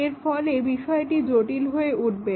এর ফলে বিষয়টি জটিল হয়ে উঠবে